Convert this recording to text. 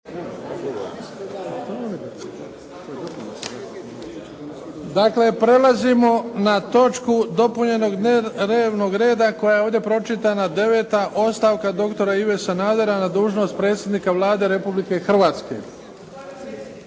Dakle, prelazimo na točku dopunjenog dnevnog reda koja je ovdje pročitana: - Ostavka dr. Ive Sanadera na dužnost predsjednika Vlade Republike Hrvatske.